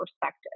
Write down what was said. perspective